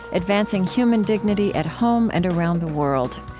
advancing human dignity at home and around the world.